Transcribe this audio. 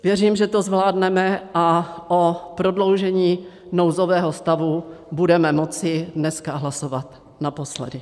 Věřím, že to zvládneme a o prodloužení nouzového stavu budeme moci dneska hlasovat naposledy.